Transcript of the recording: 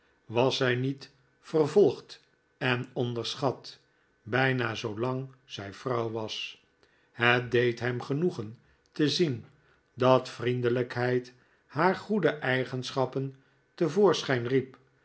was zij niet vervolgd en onderschat bijna zoolang zij vrouw was het deed hem genoegen te zien dat vriendelijkheid haar goede eigenschappen te voorschijn riep